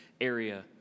area